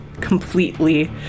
completely